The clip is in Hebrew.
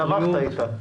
צמחת איתה.